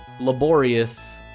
laborious